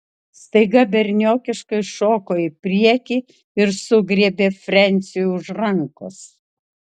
staiga berniokiškai šoko į priekį ir sugriebė frensiui už rankos